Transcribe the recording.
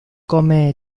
come